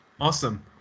awesome